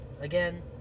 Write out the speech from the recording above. Again